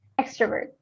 Extrovert